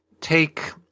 take